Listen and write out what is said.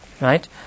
Right